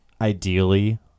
ideally